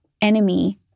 enemy